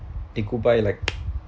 they go by like